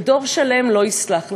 ודור שלם לא יסלח לכם.